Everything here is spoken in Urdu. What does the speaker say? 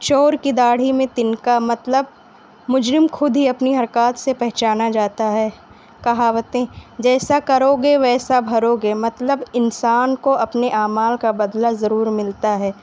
چور کی داڑھی میں تنکا مطلب مجرم خود ہی اپنی حرکات سے پہچانا جاتا ہے کہاوتیں جیسا کروگے ویسا بھروگے مطلب انسان کو اپنے اعمال کا بدلا ضرور ملتا ہے